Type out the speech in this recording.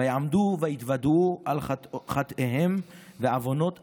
ויעמדו ויתודו על חטאתיהם ועונות אבתיהם,